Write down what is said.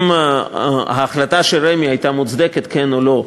אם ההחלטה של רמ"י הייתה מוצדקת, כן או לא,